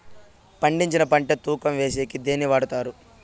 పండించిన పంట తూకం వేసేకి దేన్ని వాడతారు?